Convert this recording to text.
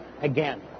again